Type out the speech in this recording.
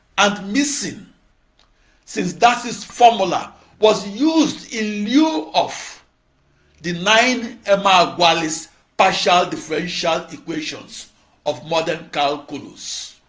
and missing since darcy's formula was used in liu of the like emeagwali's partial differential equations of modern calculus.